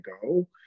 go